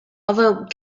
although